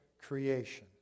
creation